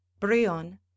bryon